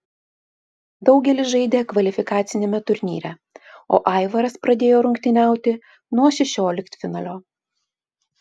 daugelis žaidė kvalifikaciniame turnyre o aivaras pradėjo rungtyniauti nuo šešioliktfinalio